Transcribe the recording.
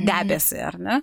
debesį ar ne